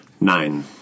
Nine